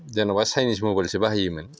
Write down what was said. जेनेबा चायनिस मबाइलसो बाहायोमोन